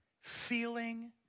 feeling